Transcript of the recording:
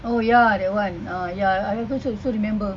oh ya that [one] uh ya I also remember